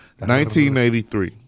1983